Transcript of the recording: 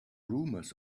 rumors